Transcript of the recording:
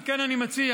על כן אני מציע